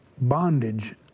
bondage